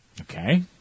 Okay